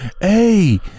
Hey